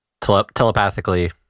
telepathically